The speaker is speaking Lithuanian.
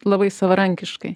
labai savarankiškai